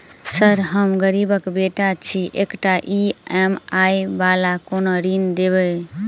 Sir हम गरीबक बेटा छी एकटा ई.एम.आई वला कोनो ऋण देबै?